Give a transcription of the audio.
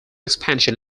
expansion